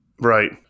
Right